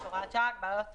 ה-20 בינואר 2021,